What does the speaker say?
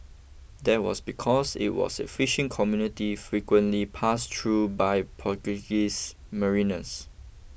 that was because it was a fishing community frequently pass through by Portuguese mariners